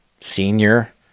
senior